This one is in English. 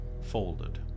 folded